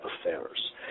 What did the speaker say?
affairs